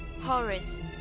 Horus